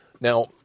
Now